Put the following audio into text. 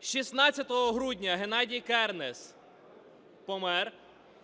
16 грудня Геннадій Кернес помер,